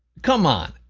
come on,